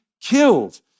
killed